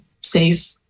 safe